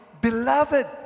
beloved